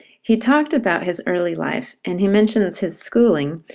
he talked about his early life, and he mentions his schooling.